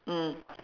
mm